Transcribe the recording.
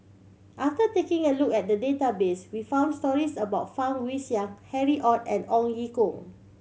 after taking a look at the database we found stories about Fang Guixiang Harry Ord and Ong Ye Kung